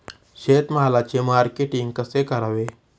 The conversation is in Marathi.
शेतमालाचे मार्केटिंग कसे करावे?